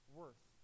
worth